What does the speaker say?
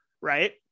right